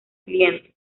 cliente